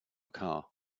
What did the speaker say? car